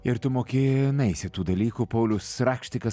ir tu mokinaisi tų dalykų paulius rakštikas